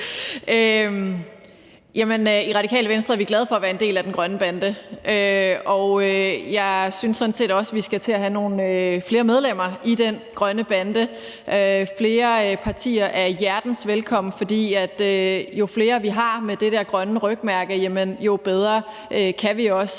i Radikale Venstre er vi glade for at være en del af den grønne bande, og jeg synes sådan set også, at vi skal til at have nogle flere medlemmer i den grønne bande. Flere partier er hjertens velkommen, for jo flere vi har med det der grønne rygmærke, jamen jo mere kan vi også